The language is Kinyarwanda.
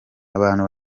abantu